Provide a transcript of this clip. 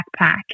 backpack